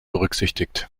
berücksichtigt